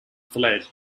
fled